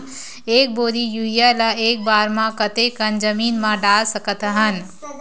एक बोरी यूरिया ल एक बार म कते कन जमीन म डाल सकत हन?